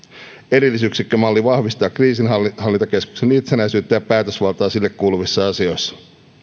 erillisyksikkömalli vahvistaa kriisinhallintakeskuksen itsenäisyyttä ja päätösvaltaa sille kuuluvissa asioissa